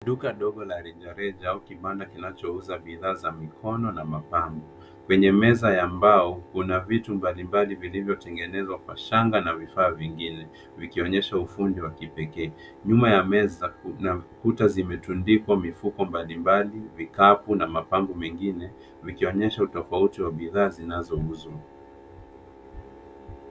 Duka dogo la rejareja au kibanda kidogo kinachouza bidhaa za mikono na mapambo. Kwenye meza ya mbao kuna vitu mbalimbali vilivyotengenezwa kwa shanga na vifaa vingine, vikionyesha ufundi wa kipekee. Nyuma ya meza kuna kuta zimetundikwa mifuko mbalimbali, vikapu na mapambo vingine vikionyesha utofauti wa bidhaa zinazouzwa.